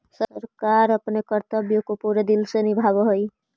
सरकार अपने कर्तव्य को पूरे दिल से निभावअ हई